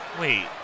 Wait